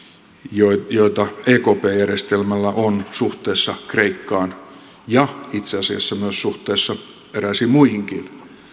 joita ekp järjestelmällä on suhteessa kreikkaan ja itse asiassa myös suhteessa eräisiin muihinkin